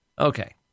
Okay